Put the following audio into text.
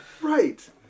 Right